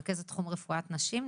רכזת תחום רפואת נשים,